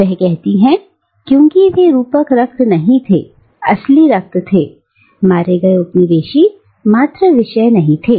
वह कहती हैं क्योंकि वे रूपक रक्त नहीं थे असली रक्त थे मारे गए उपनिवेशी मात्र विषय नहीं थे